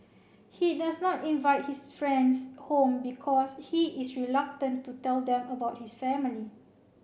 he does not invite his friends home because he is reluctant to tell them about his family